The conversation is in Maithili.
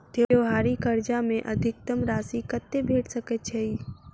त्योहारी कर्जा मे अधिकतम राशि कत्ते भेट सकय छई?